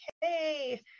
hey